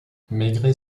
maigret